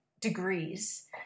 degrees